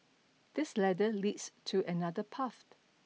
this ladder leads to another path